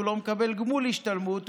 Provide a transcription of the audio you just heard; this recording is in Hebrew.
הוא לא מקבל גמול השתלמות,